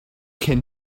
can